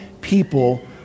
people